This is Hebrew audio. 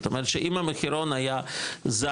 זאת אומרת שאם המחירון היה זז,